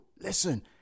listen